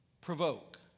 Provoke